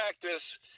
practice